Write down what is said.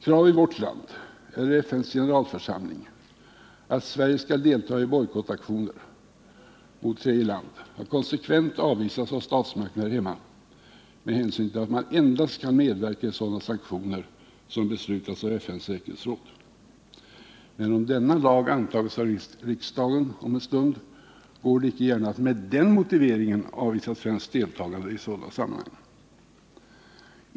Krav i vårt land eller i FN:s generalförsamling på att Sverige skall delta i bojkottaktioner mot tredje land har konsekvent avvisats av statsmakterna med hänsyn till att man endast kan medverka i sådana sanktioner som beslutats av FN:s säkerhetsråd. Men om denna lag antages av riksdagen om en stund går det icke gärna att med den motiveringen avvisa svenskt deltagande i sådana sammanhang.